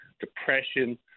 depression